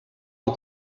aux